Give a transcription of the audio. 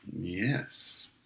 Yes